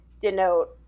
denote